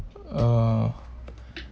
uh